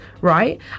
right